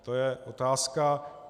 To je otázka.